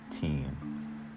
team